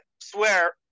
swear